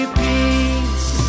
peace